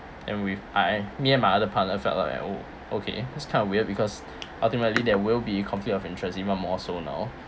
and with I me and my other partner felt like oh okay it's kind of weird because ultimately there will be conflict of interest even more so now